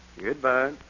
Goodbye